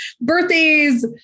birthdays